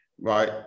right